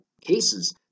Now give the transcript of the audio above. cases